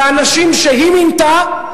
באנשים שהיא מינתה,